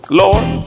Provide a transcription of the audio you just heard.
lord